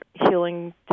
healing